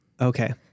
Okay